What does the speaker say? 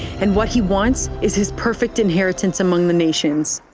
and what he wants is his perfect inheritance among the nations.